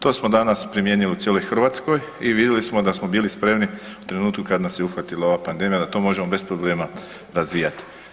To smo danas primijenili u cijeloj Hrvatskoj i vidjeli smo da smo bili spremni u trenutku kad nas je uhvatila ova pandemija da to možemo bez problema razvijati.